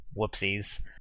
Whoopsies